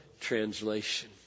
translation